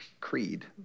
creed